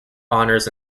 honours